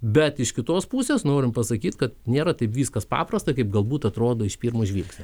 bet iš kitos pusės norim pasakyt kad nėra taip viskas paprasta kaip gal būt atrodo iš pirmo žvilgsnio